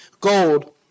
gold